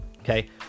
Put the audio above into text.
Okay